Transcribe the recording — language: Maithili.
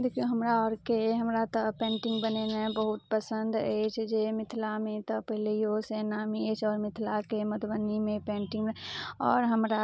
देखियौ हमरा अरके हमरा तऽ पेन्टिंग बनेनाइ बहुत पसन्द अछि जे मिथिलामे तऽ पहिलेयौसँ नामी अछि आओर मिथिलाके मधुबनीमे पेन्टिंग आओर हमरा